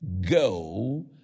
go